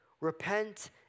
Repent